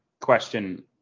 question